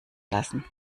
lassen